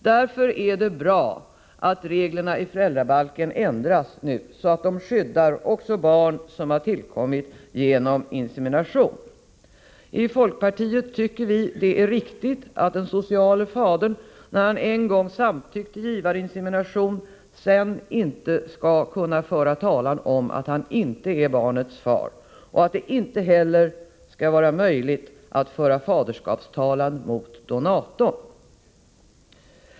Därför är det bra att reglerna i föräldrabalken nu ändras så att de skyddar även barn som tillkommit genom insemination. Vi i folkpartiet tycker att det är riktigt att den sociale fadern när han en gång samtyckt till givarinsemination sedan inte skall kunna föra talan om att han inte är barnets far och att det inte heller skall vara möjligt att föra faderskapstalan mot donatorn.